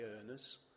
earners